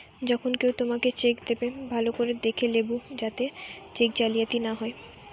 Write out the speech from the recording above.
যখন কেও তোমাকে চেক দেবে, ভালো করে দেখে লেবু যাতে চেক জালিয়াতি না হয়